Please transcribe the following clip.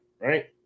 Right